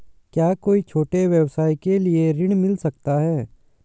क्या कोई छोटे व्यवसाय के लिए ऋण मिल सकता है?